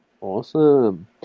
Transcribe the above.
Awesome